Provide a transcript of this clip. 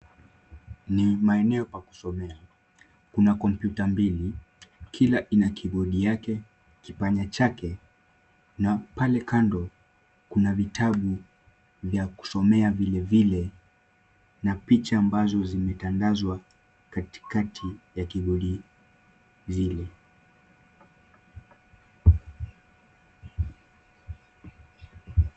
Ni maeneo pa kusomea. Kuna kompyuta mbili. Kila ina kibodi yake, kipanya chake na pale kando kuna vitabu vya kusomea vilevile na picha ambazo zimetandazwa katikati ya kibodi vile.